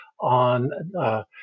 on